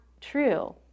true